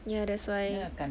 ya that's why